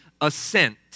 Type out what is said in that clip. assent